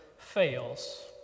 fails